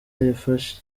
yafashe